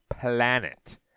planet